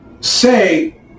say